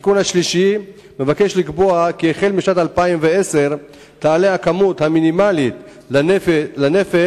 התיקון השלישי נועד לקבוע כי משנת 2010 תעלה הכמות המינימלית לנפש,